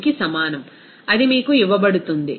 43కి సమానం అది మీకు ఇవ్వబడుతుంది